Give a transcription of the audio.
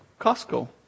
Costco